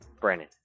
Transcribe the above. Brandon